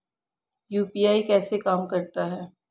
UPI कैसे काम करता है?